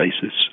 basis